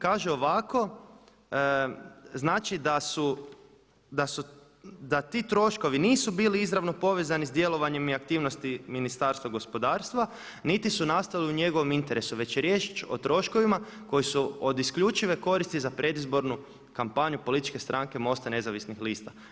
Kaže ovako, znači da ti troškovi nisu bili izravno povezani sa djelovanjem i aktivnosti Ministarstva gospodarstva niti su nastali u njegovom interesu već je riječ o troškovima koji su od isključive koristi za predizbornu kampanju političke stranke MOST-a Nezavisnih lista.